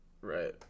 right